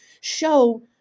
show